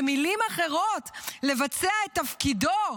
במילים אחרות: לבצע את תפקידו,